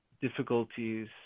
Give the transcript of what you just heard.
difficulties